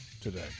today